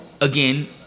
again